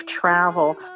travel